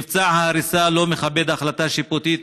מבצע ההריסה לא מכבד החלטה שיפוטית,